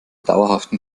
dauerhaften